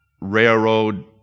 railroad